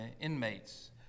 inmates